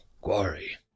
quarry